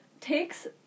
takes